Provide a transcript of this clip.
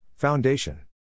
Foundation